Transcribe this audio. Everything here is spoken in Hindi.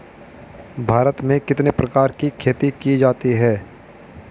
भारत में कितने प्रकार की खेती की जाती हैं?